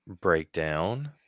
breakdown